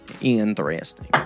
interesting